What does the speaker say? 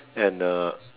and uh